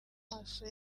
amaso